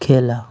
খেলা